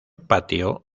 patio